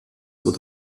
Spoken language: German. wird